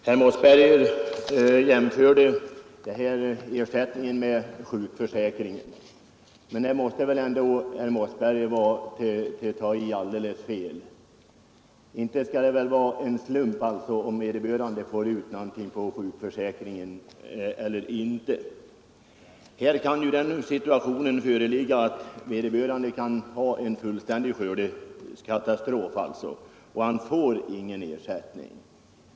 Herr talman! Herr Mossberger jämförde skördeskadeskyddet med sjukförsäkringen, men det måste ändå vara alldeles fel. Inte skall det väl vara en slump om den sjukförsäkrade får ut någon ersättning eller inte. I fråga om skördeskadeskyddet kan den situationen föreligga att vederbörande drabbas av en fullständig katastrof och ändå inte får ersättning.